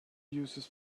users